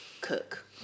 cook